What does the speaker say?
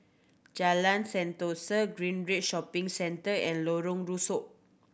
Jalan Sentosa Greenridge Shopping Centre and Lorong Rusuk